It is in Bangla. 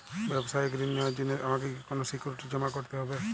ব্যাবসায়িক ঋণ নেওয়ার জন্য আমাকে কি কোনো সিকিউরিটি জমা করতে হবে?